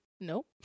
Nope